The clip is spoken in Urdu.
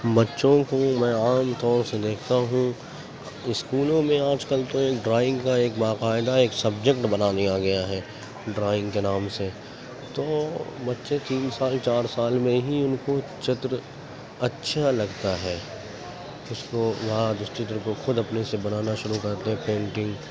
بچوں کو میں عام طور سے دیکھتا ہوں اسکولوں میں آج کل تو ایک ڈرائنگ کا ایک باقاعدہ ایک سبجیکٹ بنا دیا گیا ہے ڈرائنگ کے نام سے تو بچے تین سال چار سال میں ہی ان کو چتر اچھا لگتا ہے اس کو وہاں کو خود اپنے سے بنانا شروع کرتے ہیں پینٹنگ